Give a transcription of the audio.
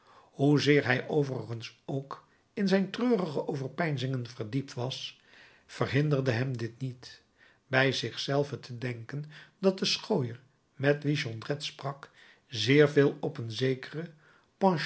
hoezeer hij overigens ook in zijn treurige overpeinzingen verdiept was verhinderde hem dit niet bij zich zelven te denken dat de schooier met wien jondrette sprak zeer veel op een zekeren